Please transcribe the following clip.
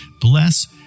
Bless